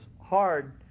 hard